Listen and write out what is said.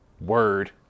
Word